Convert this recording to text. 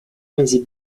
mesi